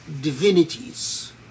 divinities